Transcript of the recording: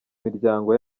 miryango